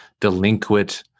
delinquent